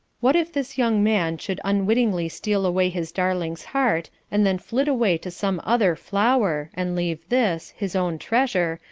what if this young man should unwittingly steal away his darling's heart and then flit away to some other flower, and leave this, his own treasure,